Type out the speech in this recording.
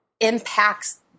impacts